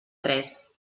tres